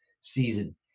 season